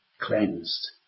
cleansed